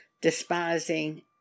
despising